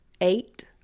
eight